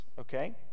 okay